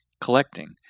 collecting